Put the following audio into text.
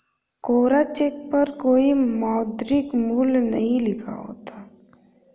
कोरा cheque पर कोई मौद्रिक मूल्य नहीं लिखा होता है